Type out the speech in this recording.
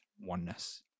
oneness